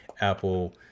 apple